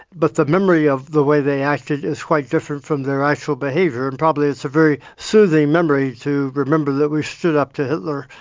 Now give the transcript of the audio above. but the memory of the way they acted is quite different from their actual behaviour, and probably it's a very soothing memory, to remember that we stood up to hitler,